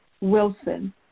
Wilson